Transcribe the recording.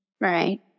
Right